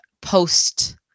post